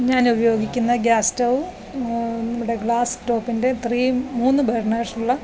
ഞാൻ ഉപയോഗിക്കുന്ന gas stove നമ്മടെ ഗ്ലാസ് ടോപ്പിൻ്റെ ത്രീ മൂന്ന് ബെർണർസുള്ള